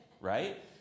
right